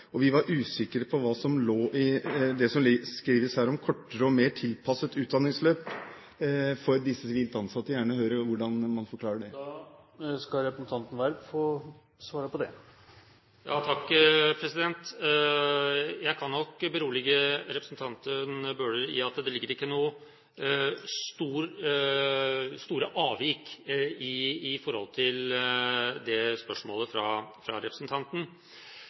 som skrives her om «kortere og mer tilpasset utdanningsløp» for de sivilt ansatte. Jeg vil gjerne høre hvordan man forklarer det. Jeg kan nok berolige representanten Bøhler med at det ligger ikke noen store avvik her med hensyn til spørsmålet fra representanten. Det som er viktig fra